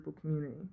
community